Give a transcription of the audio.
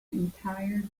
entire